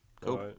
Cool